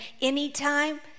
anytime